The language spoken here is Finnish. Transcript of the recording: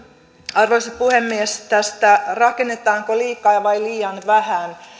arvoisa puhemies tästä rakennetaanko liikaa vai liian vähän